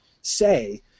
say